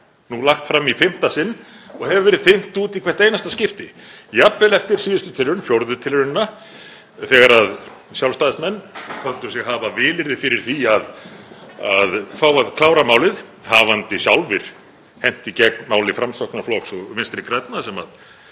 nú lagt fram í fimmta sinn og hefur verið þynnt út í hvert einasta skipti. Jafnvel eftir síðustu tilraun, fjórðu tilraunina, þegar Sjálfstæðismenn töldu sig hafa vilyrði fyrir því að fá að klára málið hafandi sjálfir hent í gegn máli Framsóknarflokks og Vinstri grænna sem